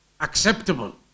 acceptable